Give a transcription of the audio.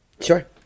Sure